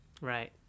Right